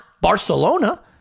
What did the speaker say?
Barcelona